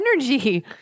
energy